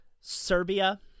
Serbia